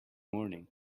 morning